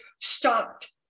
stopped